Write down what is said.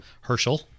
Herschel